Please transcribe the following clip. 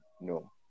no